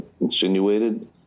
insinuated